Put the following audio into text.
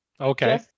Okay